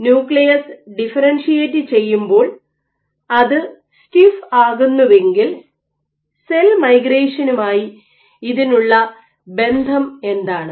nucleus differentiate ചെയ്യുമ്പോൾ അത് stiff ആകുന്നുവെങ്കിൽ സെൽ മൈഗ്രേഷനുമായി ഇതിനുള്ള ബന്ധം എന്താണ്